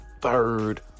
third